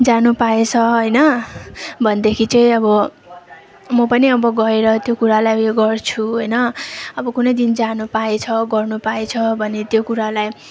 जानु पाएछ होइन भनेदेखि चाहिँ अब म पनि अब गएर त्यो कुरालाई गर्छु होइन अब कुनै दिन जानु पाएछ गर्नु पाएछ भने त्यो कुरालाई